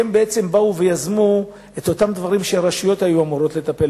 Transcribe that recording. באו ויזמו את אותם דברים שהיו אמורים לטפל